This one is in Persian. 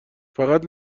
فقط